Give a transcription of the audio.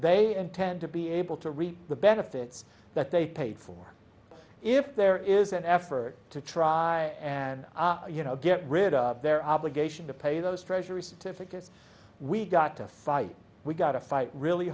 they intend to be able to reap the benefits that they paid for if there is an effort to try and you know get rid of their obligation to pay those treasuries to ficus we got to fight we've got to fight really